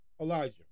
Elijah